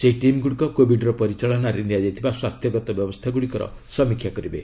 ସେହି ଟିମ୍ଗୁଡ଼ିକ କୋବିଡ୍ର ପରିଚାଳନାରେ ନିଆଯାଇଥିବା ସ୍ୱାସ୍ଥ୍ୟଗତ ବ୍ୟବସ୍ଥାଗୁଡ଼ିକର ସମୀକ୍ଷା କରିବେ